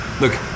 Look